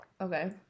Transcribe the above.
Okay